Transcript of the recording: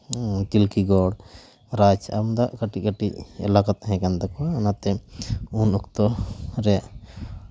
ᱪᱤᱞᱠᱤᱜᱚᱲ ᱨᱟᱡᱽ ᱟᱢᱫᱟ ᱠᱟᱹᱴᱤᱡ ᱠᱟᱹᱴᱤᱡ ᱮᱞᱟᱠᱟ ᱛᱟᱦᱮᱸ ᱠᱟᱱ ᱛᱟᱠᱚᱣᱟ ᱚᱱᱟᱛᱮ ᱩᱱ ᱚᱠᱛᱚ ᱨᱮ